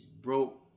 broke